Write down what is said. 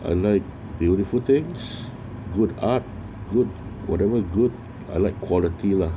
I like beautiful things good up good whatever good I like quality lah